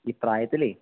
ഈ പ്രായത്തിലേ